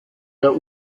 der